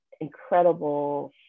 incredible